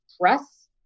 press